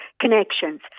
connections